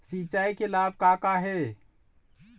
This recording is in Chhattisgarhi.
सिचाई के लाभ का का हे?